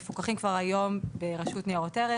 מפוקחים כבר היום ברשות ניירות ערך.